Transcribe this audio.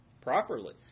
properly